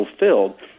fulfilled